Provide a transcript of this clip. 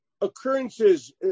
occurrences